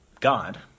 God